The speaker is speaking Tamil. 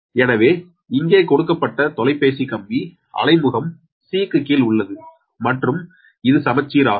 எனவே இங்கே கொடுக்கப்பட்ட தொலைபேசி கம்பி அலைமுகம் c க்கு கீழ் உள்ளது மற்றும் இது சமச்சீர் ஆகும்